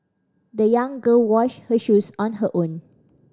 the young girl washed her shoes on her own